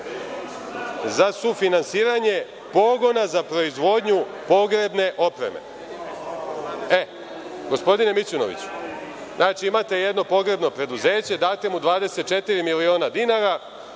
za sufinansiranje pogona za proizvodnju pogrebne opreme. Gospodine Mićunoviću, znači imate jedno pogrebno preduzeće, date mu 24 miliona dinara.